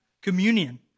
communion